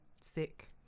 sick